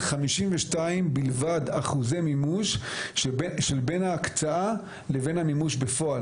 52% מימוש בלבד בין ההקצאה לבין המימוש בפועל.